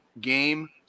game